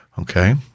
Okay